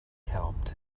helped